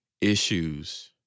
issues